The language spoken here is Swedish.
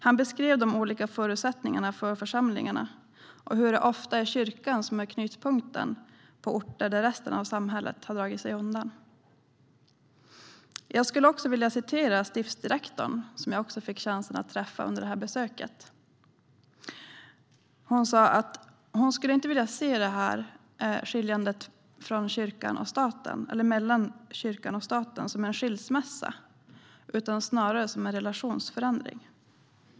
Han beskrev de olika förutsättningarna för församlingarna. Det är ofta är kyrkan som är knutpunkten på orter där resten av samhället har dragit sig undan. Jag skulle också vilja återge vad stiftsdirektorn sa, som jag också fick chans att träffa under besöket. Hon sa att hon skulle inte vilja se skiljandet av kyrkan och staten som en skilsmässa utan snarare som en relationsförändring.